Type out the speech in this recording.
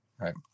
Right